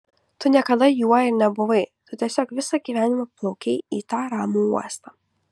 tu niekada juo ir nebuvai tu tiesiog visą gyvenimą plaukei į tą ramų uostą